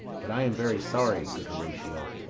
but i am very sorry, good horatio,